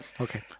okay